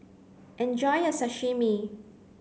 enjoy your sashimi